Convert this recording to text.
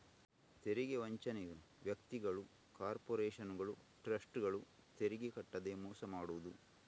ತೆರಿಗೆ ವಂಚನೆಯು ವ್ಯಕ್ತಿಗಳು, ಕಾರ್ಪೊರೇಷನುಗಳು, ಟ್ರಸ್ಟ್ಗಳು ತೆರಿಗೆ ಕಟ್ಟದೇ ಮೋಸ ಮಾಡುದು